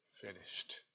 finished